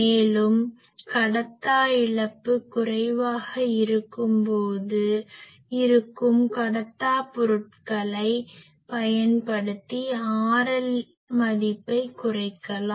மேலும் கடத்தா இழப்பு குறைவாக இருக்கும் கடத்தாப் பொருட்களை பயன்படுத்தி RL மதிப்பை குறைக்கலாம்